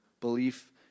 belief